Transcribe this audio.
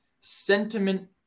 sentiment